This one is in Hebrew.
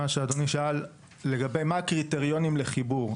לשאלתו של אדוני, לגבי הקריטריונים לחיבור.